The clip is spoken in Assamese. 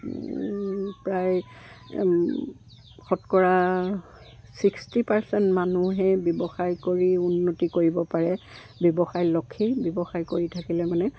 প্ৰায় শতকৰা ছিক্সটি পাৰ্চেণ্ট মানুহে ব্যৱসায় কৰি উন্নতি কৰিব পাৰে ব্যৱসায় লক্ষী ব্যৱসায় কৰি থাকিলে মানে